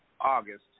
August